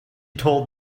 told